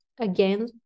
again